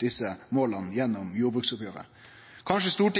desse måla gjennom jordbruksoppgjeret. Kanskje